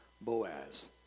Boaz